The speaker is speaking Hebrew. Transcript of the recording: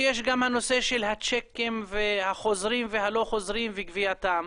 יש את הנושא של הצ'קים החוזרים והלא חוזרים וגבייתם.